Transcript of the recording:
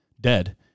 dead